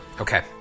Okay